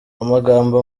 amagambo